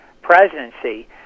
presidency